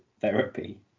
therapy